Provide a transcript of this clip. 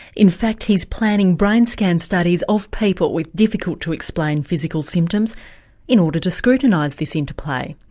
in fact he's planning brain scan studies of people with difficult to explain physical symptoms in order to scrutinise this interplay.